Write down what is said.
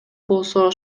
болсо